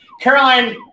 Caroline